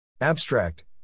Abstract